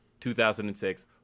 2006